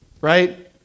right